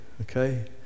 Okay